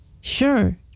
Sure